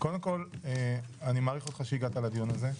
קודם כל אני מעריך אותך שהגעת לדיון הזה.